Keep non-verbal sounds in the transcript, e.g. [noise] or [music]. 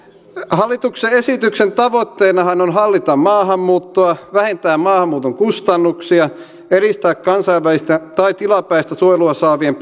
hallituksen esityksen tavoitteenahan on hallita maahanmuuttoa vähentää maahanmuuton kustannuksia edistää kansainvälistä tai tilapäistä suojelua saavien [unintelligible]